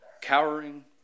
cowering